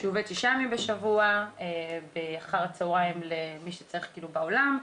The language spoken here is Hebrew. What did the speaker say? שהוא עובד שישה ימים בשבוע אחר הצהריים למי שצריך בעולם,